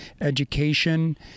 education